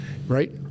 Right